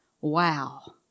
Wow